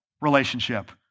relationship